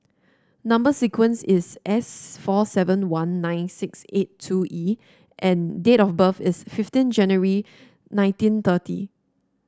number sequence is S four seven one nine six eight two E and date of birth is fifteen January nineteen thirty